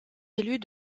élus